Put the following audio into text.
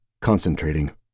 concentrating